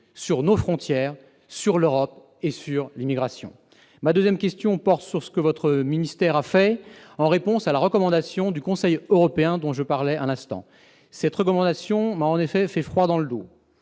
sur nos frontières et sur l'immigration ? Ma deuxième question a trait à ce que votre ministère a fait en réponse à la recommandation du Conseil européen dont je parlais à l'instant. Cette recommandation m'a en effet fait froid dans le dos.